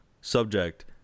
subject